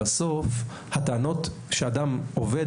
--- בסוף הטענות שאדם עובד,